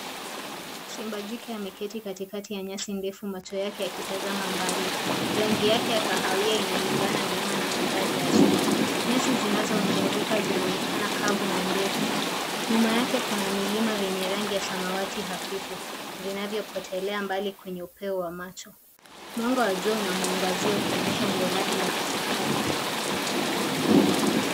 Simba jike ameketi katikati ya nyasi ndefu, macho yake yakitazama mbali. Rangi yake ya kahawia inalingana vyema na mandhari ya asili. Nyasi zinazomzunguka zinaonekana kavu na ndefu. Nyuma yake kuna milima yenye rangi ya samawati hafifu, vinavyopotelea mbali kwenye upeo wa macho. Mwanga wa jua unamwaangazia ukionyesha umbo lake la kifahari.